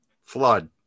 Flood